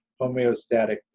homeostatic